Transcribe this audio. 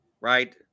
Right